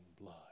blood